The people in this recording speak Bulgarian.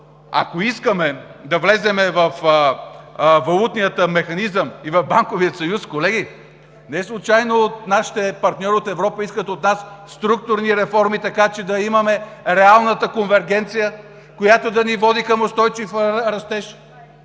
ако искаме да влезем във валутния механизъм и в банковия съюз, колеги, неслучайно нашите партньори в Европа искат от нас структурни реформи, така че да имаме реалната конвергенция, която да ни води към устойчив растеж.